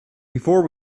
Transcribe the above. before